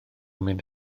mynd